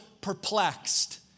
perplexed